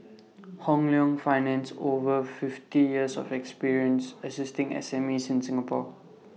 Hong Leong finance over fifty years of experience assisting SMEs in Singapore